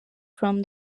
from